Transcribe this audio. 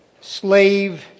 slave